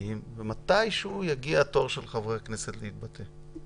משפטיים ומתישהו יגיע התור של חברי הכנסת להתבטא.